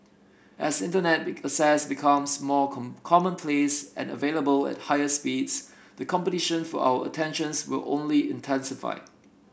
as Internet access becomes more commonplace and available at higher speeds the competition for our attentions will only intensify